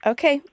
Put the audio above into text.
Okay